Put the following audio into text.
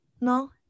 no